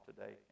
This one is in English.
today